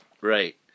Right